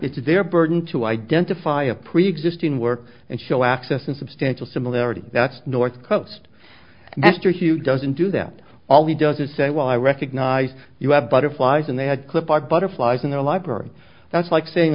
it's their burden to identify a preexisting work and show access and substantial similarity that's north coast mr hugh doesn't do that all he does is say well i recognize you have butterflies and they had clip art butterflies in their library that's like saying